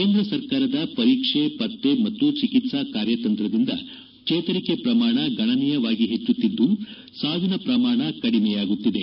ಕೇಂದ್ರ ಸರ್ಕಾರದ ಪರೀಕ್ಷೆ ಪತ್ತೆ ಮತ್ತು ಚಿಕಿತ್ಲಾ ಕಾರ್ಯತಂತ್ರದಿಂದ ಚೇತರಿಕೆ ಪ್ರಮಾಣ ಗಣನೀಯವಾಗಿ ಹೆಚ್ಚುತ್ತಿದ್ದು ಸಾವಿನ ಪ್ರಮಾಣ ಕಡಿಮೆಯಾಗುತ್ತಿದೆ